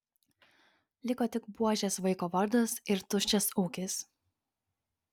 liko tik buožės vaiko vardas ir tuščias ūkis